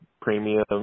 premium